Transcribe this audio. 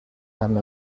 amb